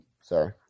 Sorry